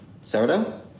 Sourdough